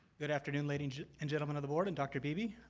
good afternoon ladies and gentlemen of the board and dr. beebe,